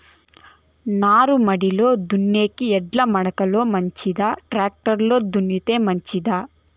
నారుమడిలో దుక్కి ఎడ్ల మడక లో మంచిదా, టాక్టర్ లో దున్నితే మంచిదా?